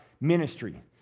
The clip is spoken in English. ministry